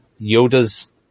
Yoda's